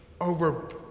over